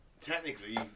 technically